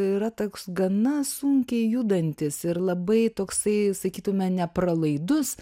yra toks gana sunkiai judantis ir labai toksai sakytume nepralaidus